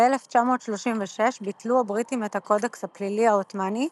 ב-1936 ביטלו הבריטים את הקודקס הפלילי העות'מאני,